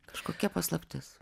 kažkokia paslaptis